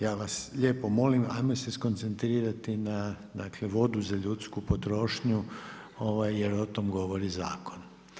Ja vas lijepo molim ajmo se skoncentrirati na vodu za ljudsku potrošnju jer o tom govori zakon.